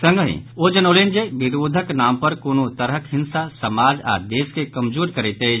संगहि ओ जनौलनि जे विरोधक नाम पर कोनो तरहक हिंसा समाज आओर देश के कमजोर करैत अछि